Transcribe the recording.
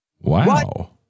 Wow